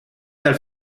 dal